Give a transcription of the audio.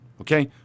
Okay